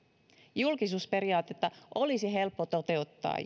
julkisuusperiaatetta olisi helppo toteuttaa